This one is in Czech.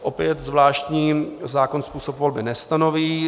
Opět zvláštní zákon způsob volby nestanoví.